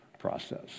process